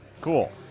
Cool